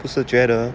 就是觉得